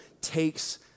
takes